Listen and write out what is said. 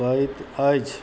करैत अछि